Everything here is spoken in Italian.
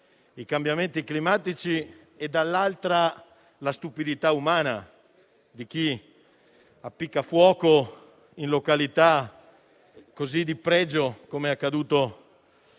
ai cambiamenti climatici e, dall'altra, alla stupidità umana di chi appicca fuoco in località così di pregio, come è accaduto a